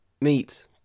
Meat